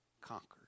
conquered